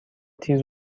تیز